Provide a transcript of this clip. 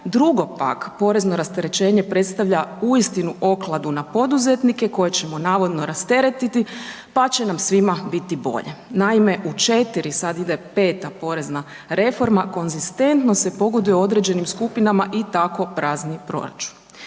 Drugo pak, porezno rasterećenje predstavlja uistinu okladu na poduzetnike koje ćemo navodno rasteretiti pa će nam svima biti bolje. Naime, u 4, sad ide 5. porezna reforma, konzistentno se pogoduje određenim skupinama i tako prazni proračun.